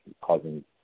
causing